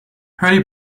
early